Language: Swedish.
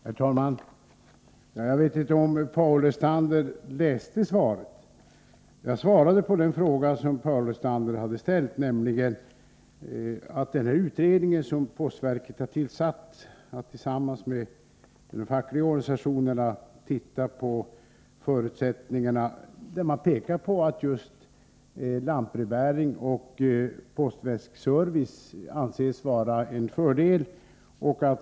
Herr talman! Jag vet inte om Paul Lestander har läst svaret, men jag svarade på den fråga som Paul Lestander hade ställt om denna utredning. Postverket har tillsatt utredningen för att tillsammans med de fackliga organisationerna titta på förutsättningarna för att i ännu högre grad kunna införa lantbrevbäring och postväskservice, som anses vara en fördel.